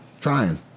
Trying